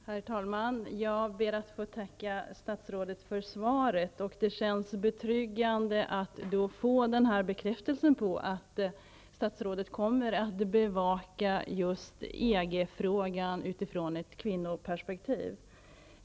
Herr talman! Jag ber att få tacka statsrådet för svaret. Det känns betryggande att få den här bekräftelsen på att statsrådet kommer att bevaka just EG-frågan utifrån ett kvinnoperspektiv.